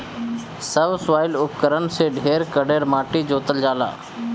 subsoil उपकरण से ढेर कड़ेर माटी जोतल जाला